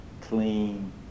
clean